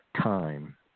time